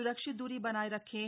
सुरक्षित दूरी बनाए रखें